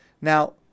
Now